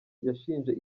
yashinje